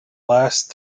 last